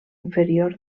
inferior